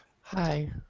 Hi